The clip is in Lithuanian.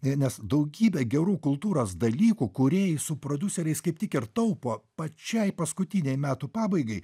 nes daugybę gerų kultūros dalykų kūrėjai su prodiuseriais kaip tik ir taupo pačiai paskutinei metų pabaigai